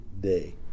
day